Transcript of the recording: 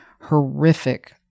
horrific